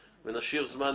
תתייחס.